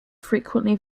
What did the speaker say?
frequently